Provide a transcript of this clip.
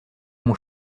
mon